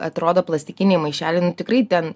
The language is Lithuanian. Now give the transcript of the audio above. atrodo plastikiniai maišeliai nu tikrai ten